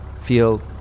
feel